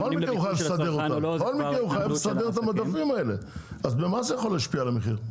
עומדים לפתחו של הצרכן או לא זה כבר התנהלות של ה